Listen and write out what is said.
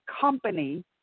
company